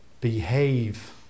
behave